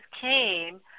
came